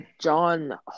John